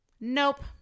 Nope